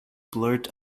blurt